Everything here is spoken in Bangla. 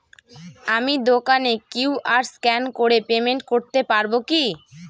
আমি দোকানে কিউ.আর স্ক্যান করে পেমেন্ট করতে পারবো কি?